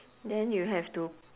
then you have to